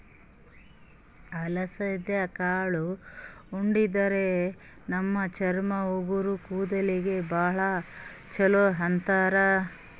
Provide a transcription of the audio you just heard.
ಅಲಸಂದಿ ಕಾಳ್ ಉಣಾದ್ರಿನ್ದ ನಮ್ ಚರ್ಮ, ಉಗುರ್, ಕೂದಲಿಗ್ ಭಾಳ್ ಛಲೋ ಅಂತಾರ್